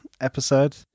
episode